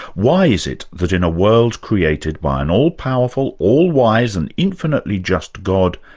why is it that in a world created by an all-powerful, all-wise, and infinitely just god,